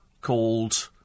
called